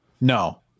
No